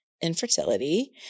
infertility